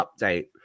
update